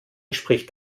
spricht